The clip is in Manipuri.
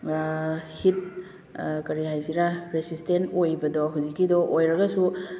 ꯍꯤꯠ ꯀꯔꯤ ꯍꯥꯏꯁꯤꯔꯥ ꯔꯦꯁꯤꯁꯇꯦꯟ ꯑꯣꯏꯕꯗꯣ ꯍꯧꯖꯤꯛꯀꯤꯗꯣ ꯑꯣꯏꯔꯒꯁꯨ